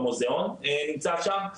במוזיאון שנמצא שם.